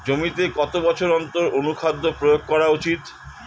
জমিতে কত বছর অন্তর অনুখাদ্য প্রয়োগ করা উচিৎ?